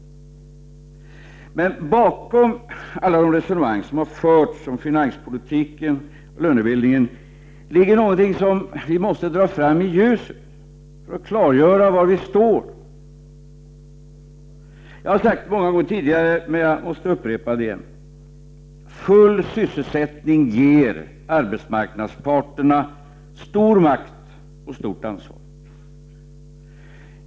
Men bakom alla de resonemang som har förts om finanspolitiken och lönebildningen ligger något som vi måste dra fram i ljuset för att klargöra var vi står. Jag har sagt det många gånger tidigare, men jag måste upprepa det igen, att kravet på full sysselsättning ger arbetsmarknadsparterna stor makt och stort ansvar.